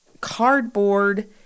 cardboard